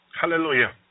Hallelujah